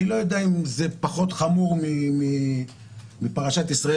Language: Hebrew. אני לא יודע אם זה פחות חמור מפרשת ישראל